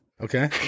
Okay